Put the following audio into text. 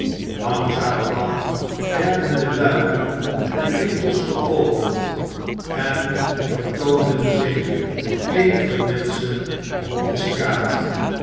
langzamerhand werden de luiken en winkels geopend en vertoonden zich eenige menschen op de straat